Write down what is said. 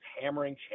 hammering